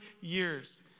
years